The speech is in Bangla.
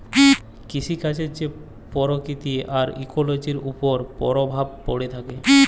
কিসিকাজের যে পরকিতি আর ইকোলোজির উপর পরভাব প্যড়ে থ্যাকে